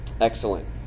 Excellent